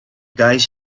guys